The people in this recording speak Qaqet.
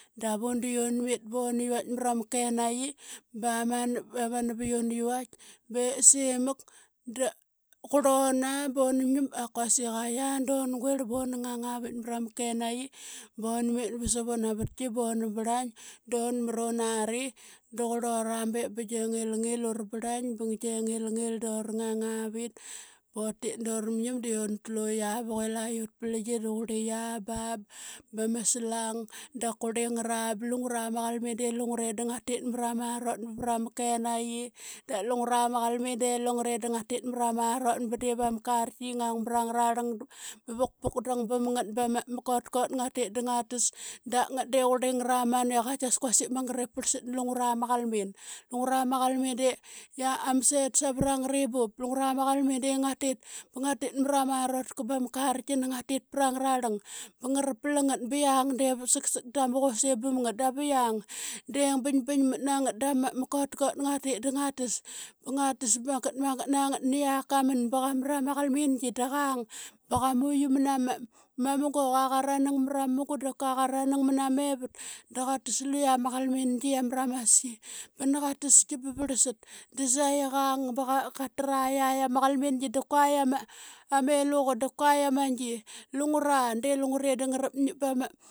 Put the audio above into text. Davun de unmit buna vait mrama kenaqi ba manap, ba manap i una vait be semak da qurluna ba unam ngim a quasik ayia dun guirl bun ngang avit mrama kenaqi bunmit ba savun avatki buna barlaing. Da mrum nari da qurlura biip bigia ngilngil, ura barlaing bigie ngilngil dura ngang avit butit dura ngim di untlu qia vuk i la ut. Da qutli qia ba bama salang da kurli ngara ba lungura ma qalmin de lungure da ngatit mra marot ba vra ma kenaqi. Da lungura ma qalmin de lungure da ngatit mara marot ba diva ma karki qi ngang bra ngararlang ba vukpukdang bam ngat ba ma kotkot ngatit da ngatas. Da ngat qurli ngara manu i qaitkas kuasik magat ip parlsat na lungura ma qalmin. Lungura ma qalmin de ama set savra ngari bup, lungura ma qalmin de ngatit ba ngatit mra ma rotka ba ma karkina ngatit para ngararlang, ba ngara plang ngat, ba yiang dev saksak da ma qusim bam ngat, davi yiaing de bingbingmatna ngat da ma kotkot ngatit da ngatas. Ba ngatas ba magat, magat na ngat niyak kaman ba qa mra ma qalmingi da qang ba qamuqi mana ma munga. Qua qaranang marama munga da kua qa ranang mana mevat da qatas luqia ma qalmingi ama ramaski. Ba nani qa taski ba varlsat da saqi qang ka tra qiatitk ama qalmingi da kuai yama ama eluqa da kua qia ma gi. Lungura de lungure da ngarap ngip ba ma